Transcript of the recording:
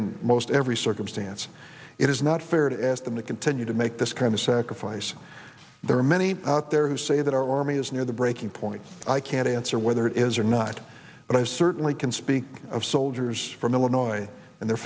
in most every circumstance it is not fair to ask them to continue to make this kind of sacrifice there are many out there who say that our army is near the breaking point i can't answer whether it is or not but i certainly can speak of soldiers from illinois and their